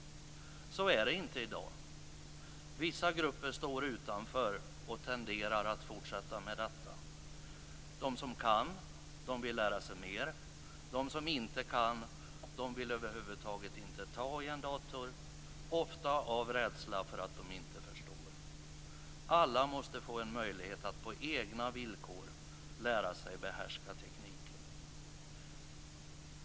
Så är det inte i dag. Vissa grupper står utanför och tenderar att fortsätta med detta. De som kan vill lära sig mer. De som inte kan vill över huvud taget inte ta i en dator, ofta av rädsla för att de inte förstår. Alla måste få en möjlighet att på egna villkor lära sig behärska tekniken.